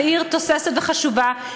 של עיר תוססת וחשובה,